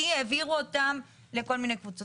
כי העבירו אותן לכל מיני קבוצות.